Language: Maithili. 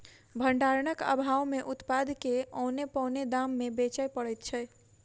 भंडारणक आभाव मे उत्पाद के औने पौने दाम मे बेचय पड़ैत छै